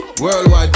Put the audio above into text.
Worldwide